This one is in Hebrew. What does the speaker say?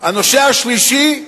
הנושא השלישי,